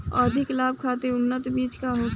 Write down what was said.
अधिक लाभ खातिर उन्नत बीज का होखे?